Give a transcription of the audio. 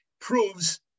proves